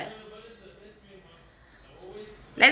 like